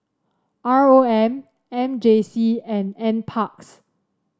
R O M M J C and NParks